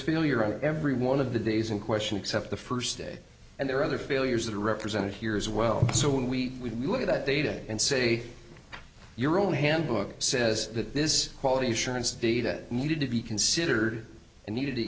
failure on every one of the days in question except the first day and there are other failures that are represented here as well so when we look at that data and say your own handbook says that this quality assurance data needed to be considered and needed to